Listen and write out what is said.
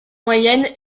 moyennes